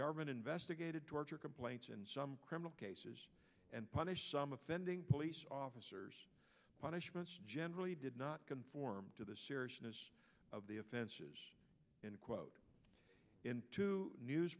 government investigated torture complaints and some criminal cases and punished some offending police officers punishments generally did not conform to the seriousness of the offenses and quote in two news